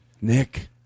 Nick